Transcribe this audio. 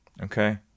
Okay